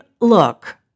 look